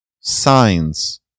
signs